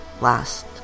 last